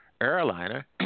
airliner